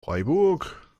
freiburg